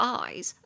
eyes